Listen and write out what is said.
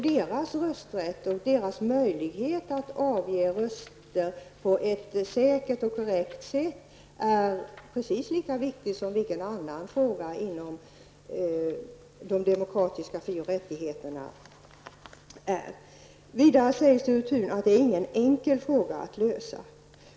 Deras rösträtt och deras möjlighet att avge sina röster på ett säkert och korrekt sätt är en precis lika viktig fråga som alla andra frågor som rör de demokratiska fri och rättigheterna. Vidare säger Sture Thun att det inte är någon enkel fråga att lösa.